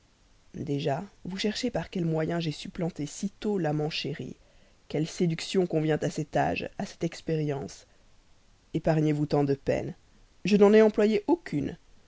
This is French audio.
déjà vous cherchez par quel moyen j'ai supplanté si tôt l'amant chéri quelle séduction convient à cet âge à cette inexpérience epargnez vous tant de peine je n'en ai employé aucune